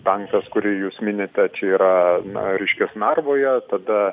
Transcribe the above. tankas kurį jūs minite čia yra reiškias narvoje tada